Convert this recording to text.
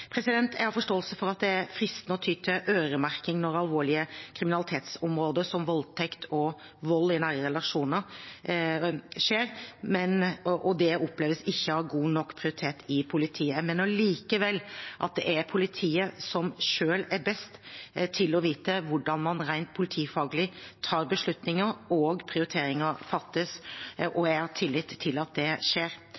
Jeg har forståelse for at det er fristende å ty til øremerking når alvorlig kriminalitet som voldtekt og vold i nære relasjoner skjer og det oppleves ikke å ha høy nok prioritet i politiet. Jeg mener likevel at det er politiet som selv er best til å vite hvordan man rent politifaglig tar beslutninger og gjør prioriteringer, og